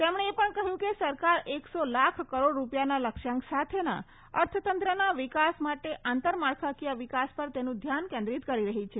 તેમણે એ પણ કહ્યું કે સરકાર એક સો લાખ કરોડ રૂપિયાના લક્ષ્યાંક સાથેના અર્થતંત્રના વિકાસ માટે આંતર માળખાકીય વિકાસ પર તેનું ધ્યાન કેન્દ્રિત કરી રહી છે